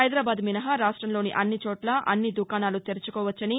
హైదరాబాద్ మిసహా రాష్ట్రంలోని అన్ని చోట్లా అన్ని దుకాణాలు తెరుచుకోవచ్చని